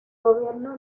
gobierno